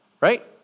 right